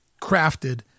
crafted